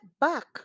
back